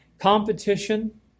competition